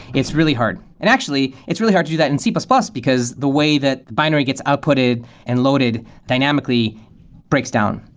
it's really hard. and actually, it's really hard to do that in c plus plus, because the way that binary gets outputted and loaded dynamically breaks down.